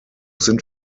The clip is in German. sind